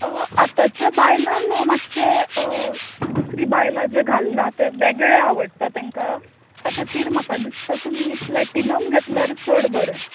आतांचे बायलांक मातशें दुसरीं बायलां जें घालनात तें वेगळें आवडटा तेंकां ते खातीर म्हाका दिसता तुमी प्लॅटिनम घेतल्यार चड बरें